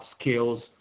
skills